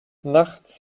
nachts